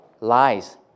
lies